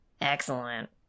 Excellent